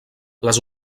les